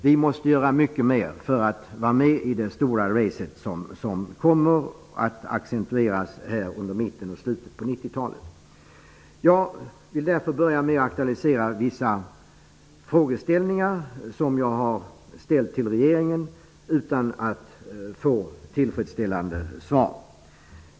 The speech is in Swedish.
Vi måste göra mycket mer för att vara med i det stora ''race'' som kommer att accentueras under mitten och slutet av 90-talet. Jag vill därför aktualisera vissa frågeställningar som jag har förelagt regeringen, utan att få tillfredsställande svar.